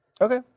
Okay